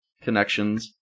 connections